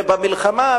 ובמלחמה,